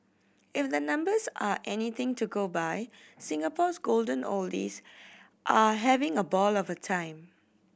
if the numbers are anything to go by Singapore's golden oldies are having a ball of a time